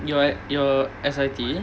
your your S_I_T